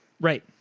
Right